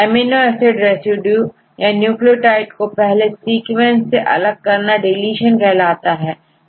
amino acid residue या nucleotide को पहले सीक्वेंस से अलग करना डीलीशन कहलाता है